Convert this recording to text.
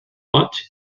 goig